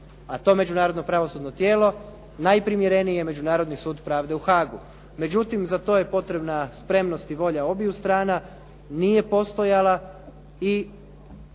a to međunarodno pravosudno tijelo najprimjereniji je Međunarodni sud pravde u Haagu. Međutim, za to je potrebna spremnost i volja obiju strana, nije postojala i